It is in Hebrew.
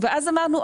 ואז אמרנו,